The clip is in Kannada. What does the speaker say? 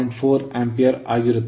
4 ಆಂಪಿರೆ ಆಗಿರುತ್ತದೆ